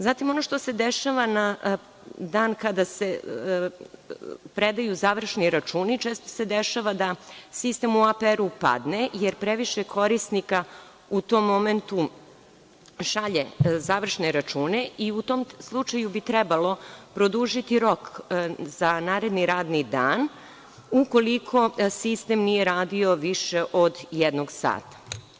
Zatim, ono što se dešava na dan kada se predaju završni računi, a često se dešava da sistem u APR padne jer previše korisnika u tom momentu šalje završne račune i u tom slučaju bi trebalo produžiti rok za naredni radni dan ukoliko sistem nije radio više od jednog sata.